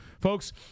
folks